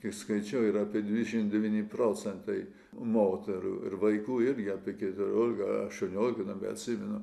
kai skaičiau yra apie dvidešimt devyni procentai moterų ir vaikų irgi apie keturiolika aštuoniolika nebeatsimenu